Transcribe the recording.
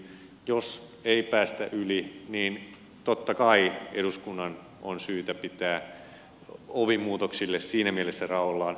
jos ei päästä yli niin totta kai eduskunnan on syytä pitää ovi muutoksille siinä mielessä raollaan